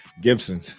Gibson